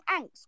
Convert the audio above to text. angst